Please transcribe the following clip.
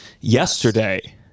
yesterday